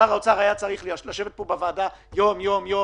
שר האוצר היה צריך לשבת פה בוועדה יום-יום עם